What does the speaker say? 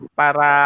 para